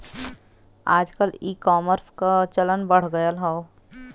आजकल ईकामर्स क चलन बढ़ गयल हौ